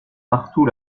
partout